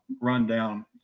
rundown